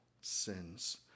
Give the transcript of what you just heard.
sins